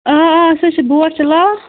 آ آ أسۍ حظ چھِ بوٹ چلاوان